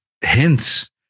hints